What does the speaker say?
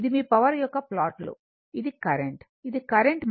ఇది మీ పవర్ యొక్క ప్లాట్లు ఇది కరెంట్ ఇది కరెంట్